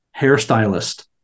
hairstylist